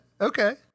okay